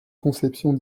conceptions